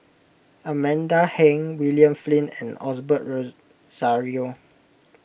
Amanda Heng William Flint and Osbert Rozario